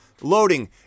loading